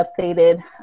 updated